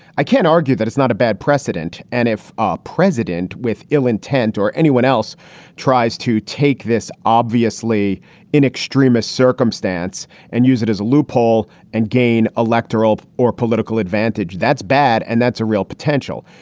i can't argue that it's not a bad precedent. and if a president with ill intent or anyone else tries to take this obviously in extremist circumstance and use it as a loophole and gain electoral or political advantage, that's bad. and that's a real potential.